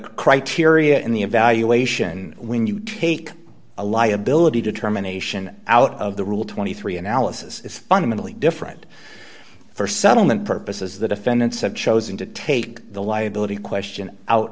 criteria in the evaluation when you take a liability determination out of the rule twenty three analysis is fundamentally different for settlement purposes the defendants have chosen to take the liability question out